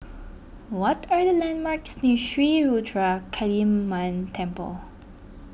what are the landmarks near Sri Ruthra Kaliamman Temple